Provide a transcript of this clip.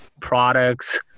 products